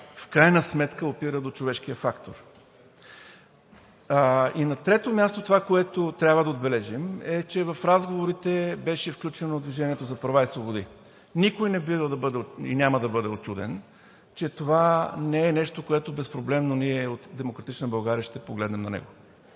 в крайна сметка опира до човешкия фактор. На трето място, това, което трябва да отбележим, е, че в разговорите беше включено „Движението за права и свободи“. Никой няма да бъде учуден, че това не е нещо, на което ние от „Демократична България“ ще погледнем